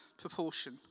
proportion